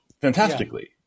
fantastically